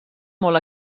molt